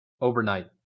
Overnight